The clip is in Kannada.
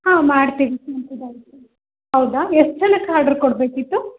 ಹಾಂ ಮಾಡ್ತೀನಿ ಹೌದ ಎಷ್ಟು ಜನಕ್ಕೆ ಆರ್ಡರ್ ಕೊಡಬೇಕಿತ್ತು